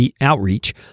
outreach